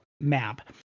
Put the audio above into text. map